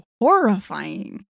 horrifying